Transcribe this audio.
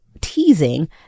teasing